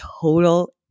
total